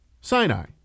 sinai